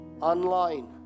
online